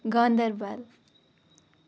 Ganderbal